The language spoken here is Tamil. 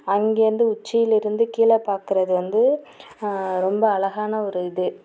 அங்கே இருந்து உச்சியில இருந்து கீழே பார்க்குறது வந்து ரொம்ப அழகான ஒரு இது